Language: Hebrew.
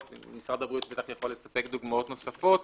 משרד הבריאות בטח יכול לספק דוגמאות נוספות,